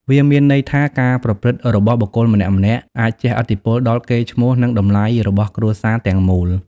វាមានន័យថាការប្រព្រឹត្តរបស់បុគ្គលម្នាក់ៗអាចជះឥទ្ធិពលដល់កេរ្តិ៍ឈ្មោះនិងតម្លៃរបស់គ្រួសារទាំងមូល។